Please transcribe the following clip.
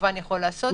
כמובן יכול לעשות זאת.